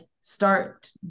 start